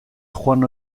joan